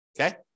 Okay